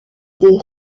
des